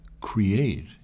create